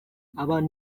abantu